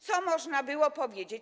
Co można było powiedzieć?